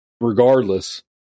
regardless